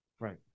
Right